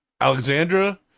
Alexandra